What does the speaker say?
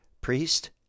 priest